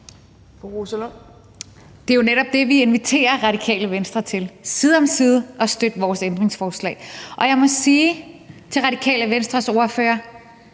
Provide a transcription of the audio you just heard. Det er jo netop det, vi inviterer Radikale Venstre til: side om side at støtte vores ændringsforslag. Og jeg må sige til Radikale Venstres ordfører,